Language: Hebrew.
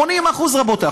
80%, רבותיי.